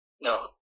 no